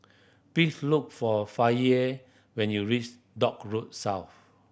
please look for Faye when you reach Dock Road South